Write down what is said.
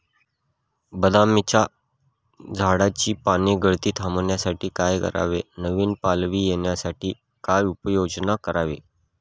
बदामाच्या झाडाची पानगळती थांबवण्यासाठी काय करावे? नवी पालवी येण्यासाठी काय उपाययोजना करावी?